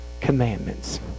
commandments